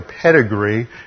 pedigree